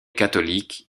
catholiques